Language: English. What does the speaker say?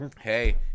hey